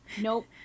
Nope